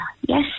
yes